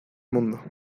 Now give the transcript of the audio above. mundo